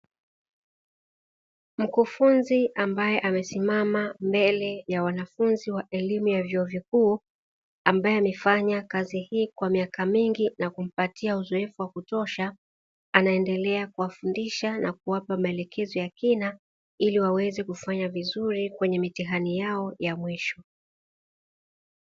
Mkufunzi ambaye amesimama mbele ya wanafunzi wa elimu ya vyuo vikuu, ambaye amefanya kazi hii kwa miaka mingi na kumpatia uzoefu wa kutosha. Anaendelea kuwafundisha na kuwapa maelezo ya kina, ili waweze kufanya vizuri kwenye mitihani yao ya mwisho.